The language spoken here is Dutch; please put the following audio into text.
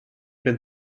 ben